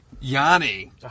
Yanni